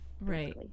right